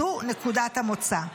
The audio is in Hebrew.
זו נקודת המוצא.